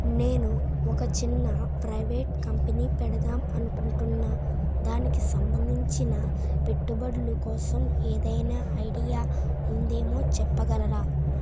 నేను ఒక చిన్న ప్రైవేట్ కంపెనీ పెడదాం అనుకుంటున్నా దానికి సంబందించిన పెట్టుబడులు కోసం ఏదైనా ఐడియా ఉందేమో చెప్పగలరా?